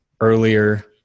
earlier